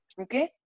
Okay